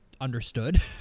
understood